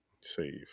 Save